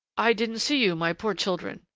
i didn't see you, my poor children!